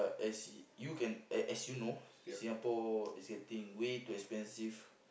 uh as you can a~ as you know Singapore is getting way too expensive